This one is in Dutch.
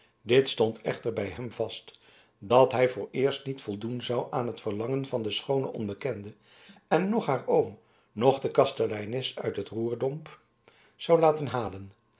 dit stond echter bij hem vast dat hij vooreerst niet voldoen zou aan het verlangen van de schoone onbekende en noch haar oom noch de kasteleines uit den roerdomp zou laten halen